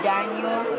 Daniel